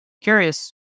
Curious